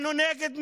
אנחנו נגד מלחמות.